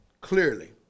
clearly